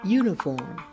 uniform